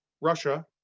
Russia